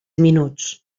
minuts